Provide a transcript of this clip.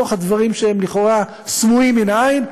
מתוך הדברים שהם לכאורה סמויים מן העין,